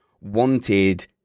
wanted